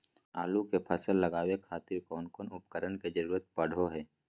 आलू के फसल लगावे खातिर कौन कौन उपकरण के जरूरत पढ़ो हाय?